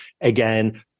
again